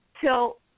till